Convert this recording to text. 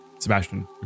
Sebastian